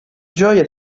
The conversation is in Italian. gioia